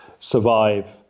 survive